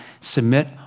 submit